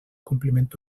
compliment